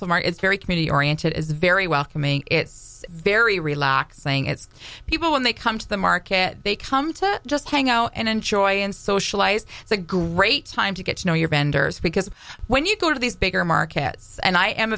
summer it's very community oriented is very welcoming it's very relaxing its people when they come to the market they come to just hang out and enjoy and socialize it's a great time to get to know your vendors because when you go to these bigger markets and i am